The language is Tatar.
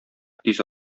тиз